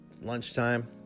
lunchtime